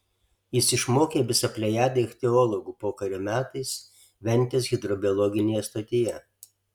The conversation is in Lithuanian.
jis išmokė visą plejadą ichtiologų pokario metais ventės hidrobiologinėje stotyje